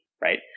Right